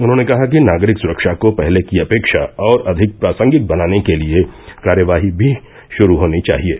उन्होंने कहा कि नागरिक सुरक्षा को पहले की अपेक्षा और अधिक प्रासंगिक बनाने के लिये कार्यवाही भी षुरू होनी चाहिये